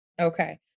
Okay